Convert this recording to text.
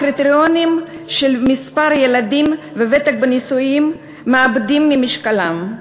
הקריטריונים של מספר ילדים וותק בנישואים מאבדים ממשקלם.